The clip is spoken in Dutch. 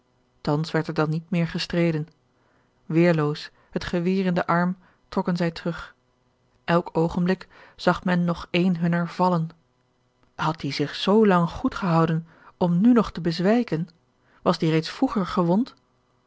thans werd er dan niet meer gestreden weerloos het geweer in den arm trokken zij terug elk oogenblik zag men nog een hunner vallen had die zich z lang goed gehouden om nu nog te bezwijken was die reeds vroeger gewond